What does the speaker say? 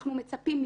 אנחנו מצפים מכם,